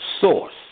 source